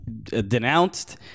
Denounced